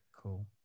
Cool